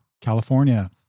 California